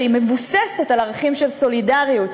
שהיא מבוססת על ערכים של סולידריות,